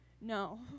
No